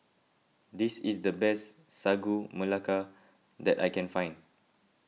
this is the best Sagu Melaka that I can find